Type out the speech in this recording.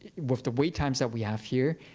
with the wait times that we have here,